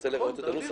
נרצה לראות את הנוסח.